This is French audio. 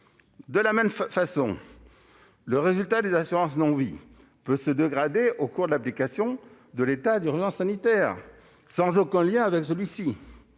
De la même façon, le résultat des assurances non-vie peut se dégrader au cours de l'application de l'état d'urgence sanitaire, sans aucun lien avec celui-ci.